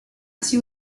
así